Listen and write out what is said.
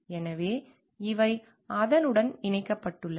எனவே இவை அதனுடன் இணைக்கப்பட்டுள்ளன